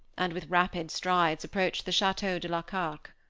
and with rapid strides approached the chateau de la carque.